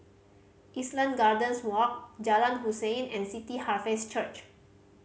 Island Gardens Walk Jalan Hussein and City Harvest Church